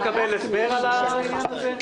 אפשר לקבל הסבר על העניין הזה?